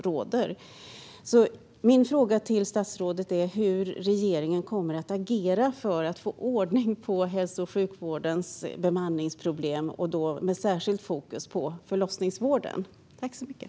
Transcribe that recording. Hur kommer regeringen att agera för att få ordning på hälso och sjukvårdens och särskilt förlossningsvårdens bemanningsproblem?